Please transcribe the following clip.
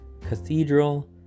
Cathedral